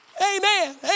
Amen